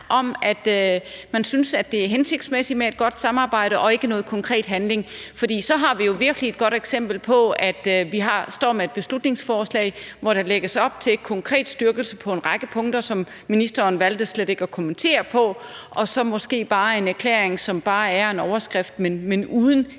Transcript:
om, at man synes, det er hensigtsmæssigt med et godt samarbejde, og ikke noget konkret handling? For så har vi jo virkelig et godt eksempel på, at vi står med et beslutningsforslag, hvor der lægges op til en konkret styrkelse på en række punkter, som ministeren valgte slet ikke at kommentere på, og så måske får en erklæring, som bare er en overskrift, men uden at